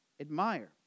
admire